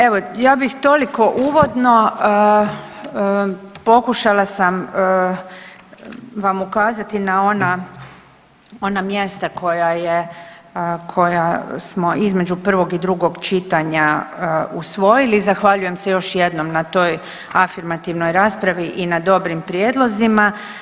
Evo, ja bih toliko uvodno, pokušala sam vam ukazati na ona, ona mjesta koja je, koja smo između prvog i drugog čitanja usvojili, zahvaljujem se još jednom na toj afirmativnoj raspravi i na dobrim prijedlozima.